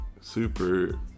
super